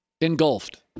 Engulfed